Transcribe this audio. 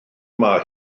dyma